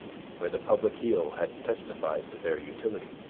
where the public heel had testified to their utility.